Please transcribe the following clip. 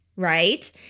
Right